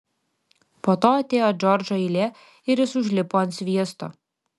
po to atėjo džordžo eilė ir jis užlipo ant sviesto